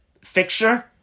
fixture